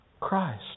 Christ